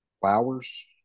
flowers